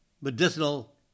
medicinal